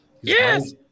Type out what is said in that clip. Yes